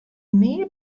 mear